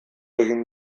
egin